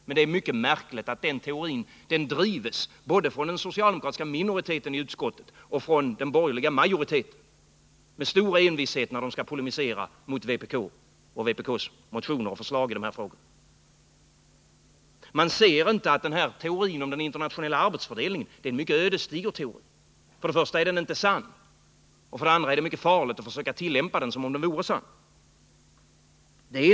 Det är mycket märkligt att den teorin med stor envishet drivs både från den socialdemokratiska minoriteten i utskottet och från den borgerliga majoriteten då de skall polemisera mot vpk:s motioner och förslag i de här frågorna. Man ser inte att teorin om den internationella arbetsfördelningen är en mycket ödesdiger teori. För det första är den inte sann. För det andra är det mycket farligt att försöka tillämpa den som om den vore sann.